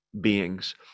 beings